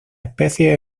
especies